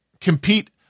compete